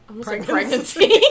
pregnancy